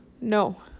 No